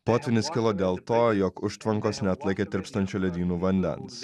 potvynis kilo dėl to jog užtvankos neatlaikė tirpstančių ledynų vandens